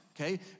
okay